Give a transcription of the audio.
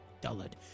dullard